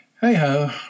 Hey-ho